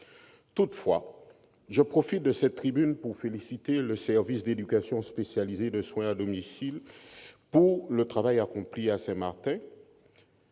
Toutefois, je profite de cette tribune pour féliciter le service d'éducation spéciale et de soins à domicile pour le travail accompli à Saint-Martin